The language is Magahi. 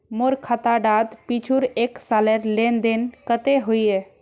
मोर खाता डात पिछुर एक सालेर लेन देन कतेक होइए?